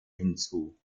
hinzu